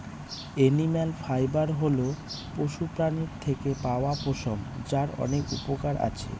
animal fibre হল পশুপ্রাণীর থেকে পাওয়া পশম, যার অনেক উপকরণ আছে